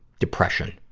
depression,